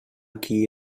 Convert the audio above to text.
qui